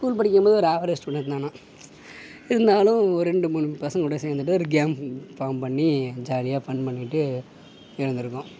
school படிக்கும்போது ஒரு average student தான் நான் இருந்தாலும் ரெண்டு மூணு பசங்களோட சேர்ந்துட்டு ஒரு கேம் ஃபார்ம் பண்ணி ஜாலியாக ஃபன் பண்ணிகிட்டு இருந்துயிருக்கோம்